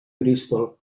bristol